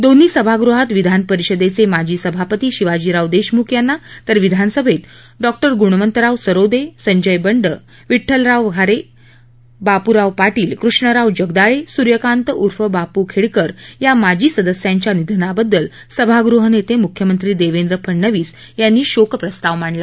दोन्ही सभागृहात विधान परिषदेचे माजी सभापती शिवाजीराव देशमुख यांना तर विधानसभेत डॉ गुणवंतराव सरोदे संजय बंड विठ्ठलराव घारे हदगावचे बापूराव पाटील कृष्णराव जगदाळे सूर्यकांत उर्फ बापू खेडकर या माजी सदस्यांच्या निधनाबद्दल सभागृह नेते मुख्यमंत्री देवेंद्र फडनवीस यांनी शोकप्रस्ताव मांडला